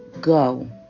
go